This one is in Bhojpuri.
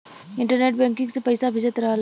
इन्टरनेट बैंकिंग से पइसा भेजत रहला